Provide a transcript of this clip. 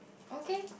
okay